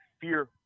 fear